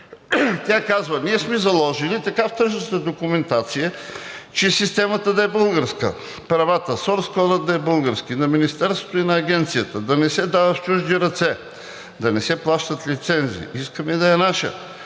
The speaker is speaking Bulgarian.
Тя казва: „Ние сме заложили така в тръжната документация, че системата да е българска, правата, сорс кодът да е български – на Министерството и на Агенцията, да не се дава в чужди ръце, да не се плащат лицензи, искаме да е наша,